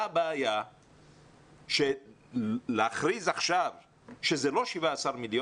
מה הבעיה להכריז עכשיו שזה לא 17,000,000,